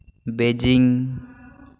Beijing